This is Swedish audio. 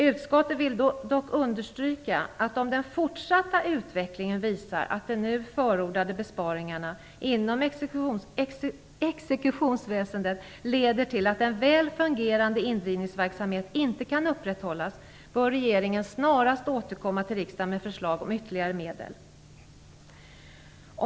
Utskottet vill dock understryka att regeringen, om den fortsatta utvecklingen visar att de nu förordade besparingarna inom exekutionsväsendet leder till att en väl fungerande indrivningsverksamhet inte kan upprätthållas, snarast bör återkomma till riksdagen med förslag om ytterligare medel.